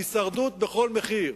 הישרדות בכל מחיר.